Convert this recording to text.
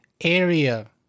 area